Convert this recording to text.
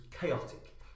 chaotic